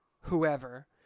whoever